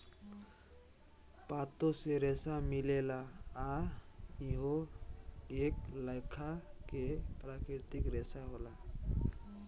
पातो से रेसा मिलेला आ इहो एक लेखा के प्राकृतिक रेसा होला